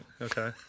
Okay